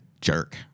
jerk